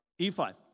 E5